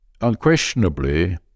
unquestionably